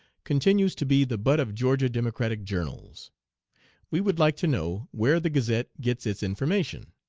continues to be the butt of georgia democratic journals we would like to know where the gazette gets its information.